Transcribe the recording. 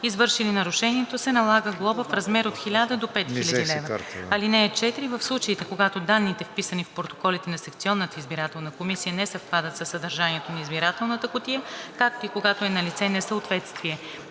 извършили нарушението, се налага глоба в размер от 1000 до 5000 лв. (4) В случаите, когато данните, вписани в протоколите на секционната избирателна комисия, не съвпадат със съдържанието на избирателната кутия, както и когато е налице несъответствие